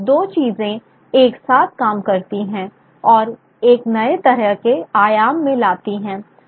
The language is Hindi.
तो दो चीजें एक साथ काम करती हैं और एक नए तरह के आयाम में लाती हैं